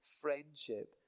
friendship